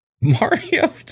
mario